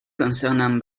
concernant